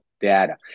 data